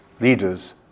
leaders